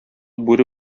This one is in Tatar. бүре